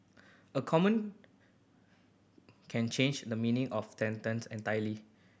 a common can change the meaning of sentence entirely